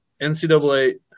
NCAA